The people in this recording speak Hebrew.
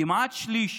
כמעט שליש